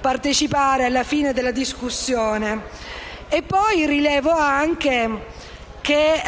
partecipare alla conclusione della discussione. Rilevo anche che